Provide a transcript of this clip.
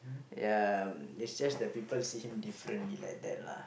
ya it's just the people see him differently like that lah